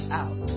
out